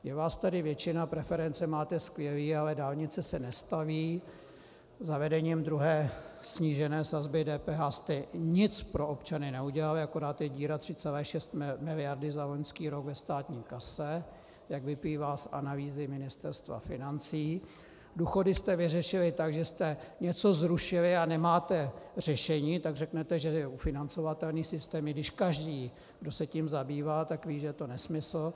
Je vás tady většina, preference máte skvělé, ale dálnice se nestaví, zavedením druhé snížené sazby DPH jste nic pro občany neudělali, akorát je díra 3,6 miliardy za loňský rok ve státní kase, jak vyplývá z analýzy Ministerstva financí, důchody jste vyřešili tak, že jste něco zrušili a nemáte řešení, tak řeknete, že je ufinancovatelný systém, i když každý, kdo se tím zabývá, ví, že je to nesmysl.